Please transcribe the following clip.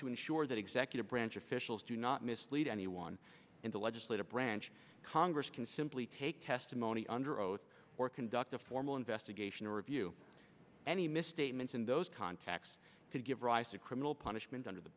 to ensure that executive branch officials do not mislead anyone in the legislative branch congress can simply take testimony under oath or conduct a formal investigation or review any misstatements in those contacts to give rise to criminal punishment under the